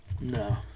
No